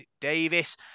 Davis